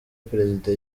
perezida